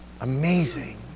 amazing